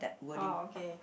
oh okay